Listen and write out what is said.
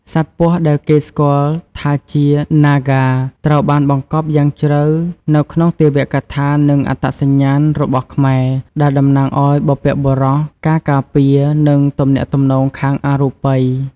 សត្វពស់ដែលគេស្គាល់ថាជា ណាហ្គា ត្រូវបានបង្កប់យ៉ាងជ្រៅនៅក្នុងទេវកថា និងអត្តសញ្ញាណរបស់ខ្មែរ ដែលតំណាងឱ្យបុព្វបុរស ការការពារ និងទំនាក់ទំនងខាងអរូបិយ។